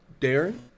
Darren